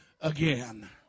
again